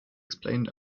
explained